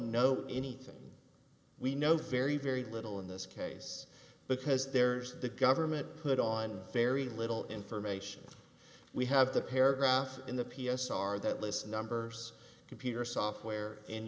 know anything we know very very little in this case because there's the government put on very little information we have the paragraph in the p s r that lists numbers computer software in